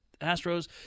Astros